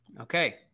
Okay